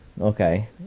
Okay